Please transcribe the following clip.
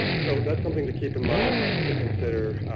so that's something to keep in mind and consider